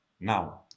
now